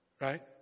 Right